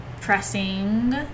pressing